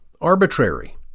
arbitrary